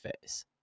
face